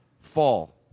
fall